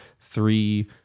three